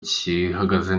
gihagaze